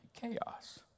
Chaos